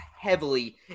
heavily